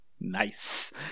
nice